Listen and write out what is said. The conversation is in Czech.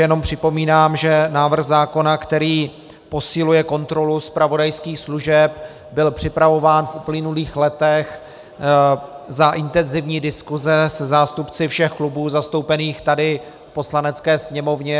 Jenom připomínám, že návrh zákona, který posiluje kontrolu zpravodajských služeb, byl připravován v uplynulých letech za intenzivní diskuse se zástupci všech klubů zastoupených tady v Poslanecké sněmovně.